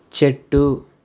చెట్టు